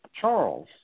Charles